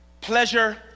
pleasure